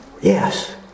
yes